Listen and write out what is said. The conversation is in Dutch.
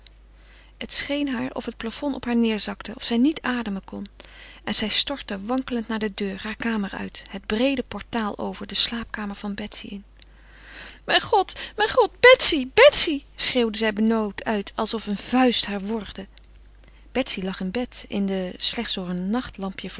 het scheen haar of het plafond op haar neêrzakte of zij niet ademen kon en zij stortte wankelend naar de deur haar kamer uit het breede portaal over de slaapkamer van betsy in mijn god mijn god betsy betsy schreeuwde zij benauwd uit alsof een vuist haar worgde betsy lag in bed in de